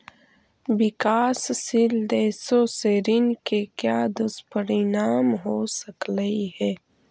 विकासशील देशों के ऋण के क्या दुष्परिणाम हो सकलई हे